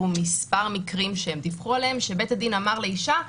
מספר מקרים שהם דיווחו עליהם שבית הדין אמר לאישה,